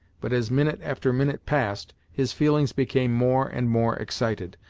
but as minute after minute passed, his feelings became more and more excited,